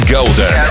Golden